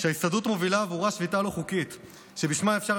שההסתדרות מובילה עבורה שביתה לא חוקית שבשמה אפשר